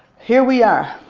here we are.